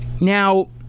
Now